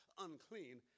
unclean